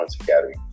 Academy